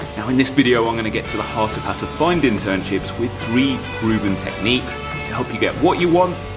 in this video i'm going to get to the heart of how to find internships with three proven techniques to help you get what you want,